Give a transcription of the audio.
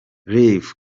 rev